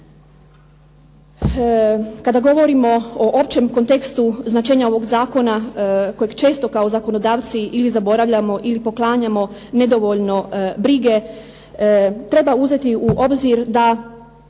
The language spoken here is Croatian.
kada govorimo o općem kontekstu značenja ovog zakona kojeg često kao zakonodavci ili zaboravljamo ili poklanjamo nedovoljno brige, treba uzeti u obzir da